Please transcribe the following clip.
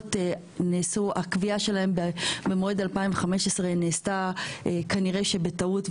הקביעה של האגרות במועד 2015 נעשתה כנראה בטעות,